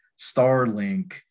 Starlink